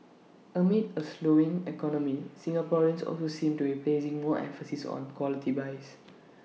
amid A slowing economy Singaporeans also seem to be placing more emphasis on quality buys